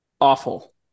awful